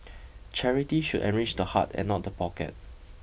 charity should enrich the heart and not the pocket